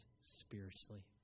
spiritually